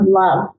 love